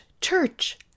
church